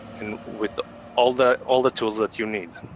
and with all the all the tools that you need.